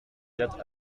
quatre